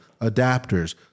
adapters